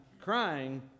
crying